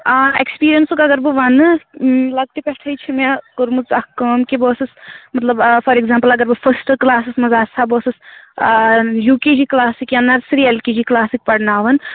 آ ایکسپیٖریَنسُک اگر بہٕ وَنہٕ لۅکٹہِ پٮ۪ٹھٕے چھِ مےٚ کٔرمٕژ اَکھ کٲم کہِ بہٕ ٲسٕس مطلب فار ایٚگزامپُل اگر بہٕ فٔسٹہٕ کٕلاسَس منٛز آسہٕ ہا بہٕ ٲسٕس یوٗ کے جی کٕلاسٕکۍ یا نَرسری ایل کے جی کٕلاسٕکۍ پَرناوان